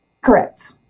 Correct